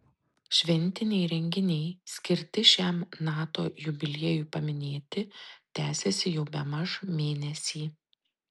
šventiniai renginiai skirti šiam nato jubiliejui paminėti tęsiasi jau bemaž mėnesį